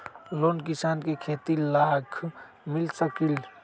Loan किसान के खेती लाख मिल सकील?